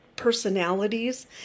Personalities